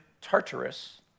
Tartarus